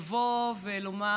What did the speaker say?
לבוא ולומר: